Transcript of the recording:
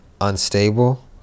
unstable